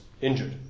injured